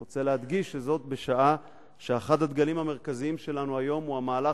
אני רוצה להדגיש שזאת בשעה שאחד הדגלים המרכזיים שלנו היום הוא המהלך,